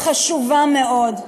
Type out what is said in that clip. חשובה מאוד.